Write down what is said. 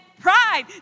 Pride